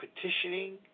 petitioning